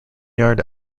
yard